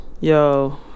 Yo